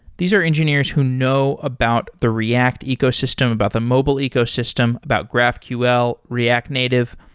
these are engineers who know about the react ecosystem, about the mobile ecosystem, about graphql, react native.